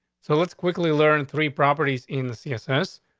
so let's quickly learn three properties in the css.